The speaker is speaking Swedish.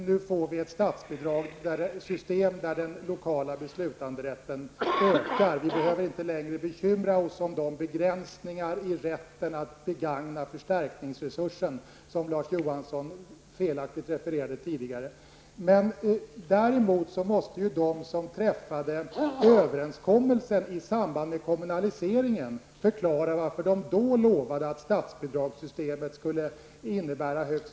Nu får vi ett statsbidragssystem där den lokala beslutanderätten ökar. Vi behöver inte längre bekymra oss för begränsningar i rätten att begagna förstärkningsresursen, som Larz Johansson felaktigt refererade till tidigare. Däremot måste de som träffade överenskommelsen i samband med kommunaliseringen förklara varför de då lovade att det nya statsbidragssystemet skulle innebära högst